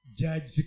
judge